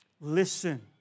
Listen